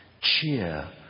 Cheer